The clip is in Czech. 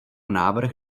návrh